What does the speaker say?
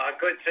good